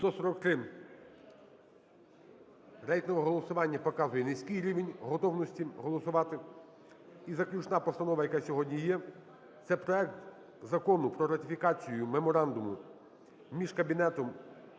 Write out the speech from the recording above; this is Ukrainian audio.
За-143 Рейтингове голосування показує низький рівень готовності голосувати. І заключна постанова, яка сьогодні є, – це проект Закону про ратифікацію Меморандуму між Кабінетом